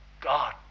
God